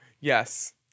Yes